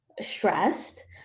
stressed